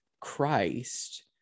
Christ